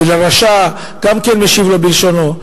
ולרשע הוא גם כן משיב בלשונו.